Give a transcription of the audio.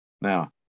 Now